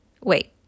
Wait